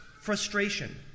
frustration